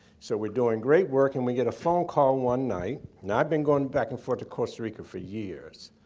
so we're doing great work. and we get a phone call one night. now i've been going back and forth to costa rica for years.